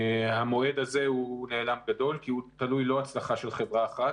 המועד הזה הוא נעלם גדול כי הוא תלוי הצלחה לא רק של חברה אחת,